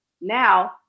now